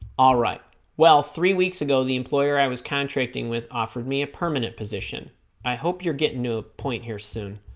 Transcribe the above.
all right well three weeks ago the employer i was contracting with offered me a permanent position i hope you're getting to a point here soon